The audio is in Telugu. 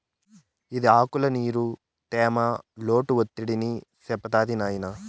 ఇది ఆకుల్ల నీరు, తేమ, లోటు ఒత్తిడిని చెప్తాది నాయినా